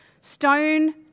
Stone